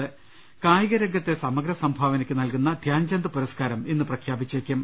്്്്്് കായികരംഗത്തെ സമഗ്രസംഭാവനയ്ക്ക് നൽകുന്ന ധ്യാൻചന്ദ് പുര സ്കാരം ഇന്ന് പ്രഖ്യാപിച്ചേക്കും